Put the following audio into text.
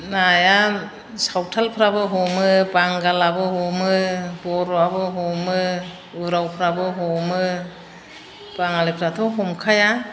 नाया सावथालफ्राबो हमो बांगालाबो हमो बर'आबो हमो उरावफ्राबो हमो बांङालिफ्राथ' हमखाया